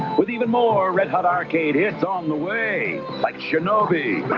with even more red-hot arcade hits on the way like shinobi,